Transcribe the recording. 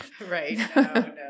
Right